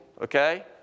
okay